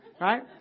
Right